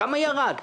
כמה ירד?